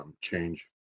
change